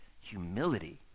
humility